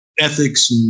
ethics